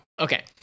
Okay